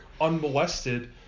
unmolested